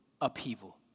upheaval